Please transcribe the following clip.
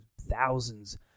thousands